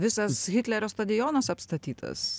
visas hitlerio stadionas apstatytas